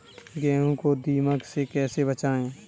गेहूँ को दीमक से कैसे बचाएँ?